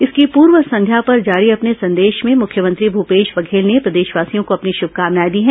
इसकी पूर्व संध्या पर जारी अपने संदेश में मुख्यमंत्री भूपेश बघेल ने प्रदेशवासियों को अपनी शुभकामनाए दी हैं